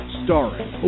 starring